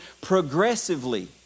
progressively